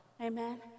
Amen